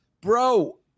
Bro